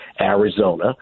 Arizona